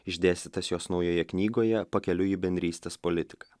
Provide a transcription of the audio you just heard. išdėstytas jos naujoje knygoje pakeliui į bendrystės politiką